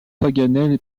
paganel